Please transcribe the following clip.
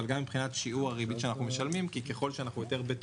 אבל גם מבחינת שיעור הריבית שאנחנו משלמים כי ככול שאנחנו